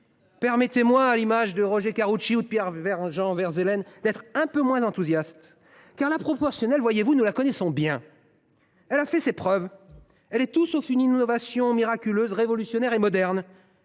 Permettez moi, après Roger Karoutchi et Pierre Jean Verzelen, d’être un peu moins enthousiaste. Car la proportionnelle, voyez vous, nous la connaissons bien. Elle a fait ses preuves. Elle est tout sauf une innovation miraculeuse, révolutionnaire et moderne.